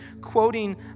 quoting